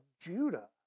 Judah